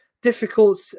difficult